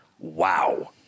wow